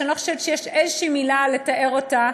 שאני לא חושבת שיש איזושהי מילה לתאר אותה,